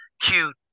cute